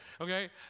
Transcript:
okay